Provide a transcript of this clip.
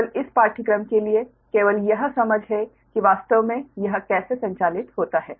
केवल इस पाठ्यक्रम के लिए केवल यह समझ है कि वास्तव में यह कैसे संचालित होता है